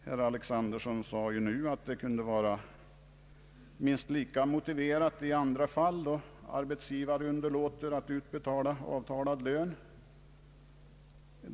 Herr Alexanderson sade, att denna skadeståndsskyldighet kan vara minst lika motiverad i andra fall, då en arbetsgivare underlåter att utbetala avtalad lön.